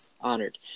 Honored